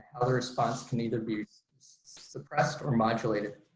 how the response can either be suppressed or modulated.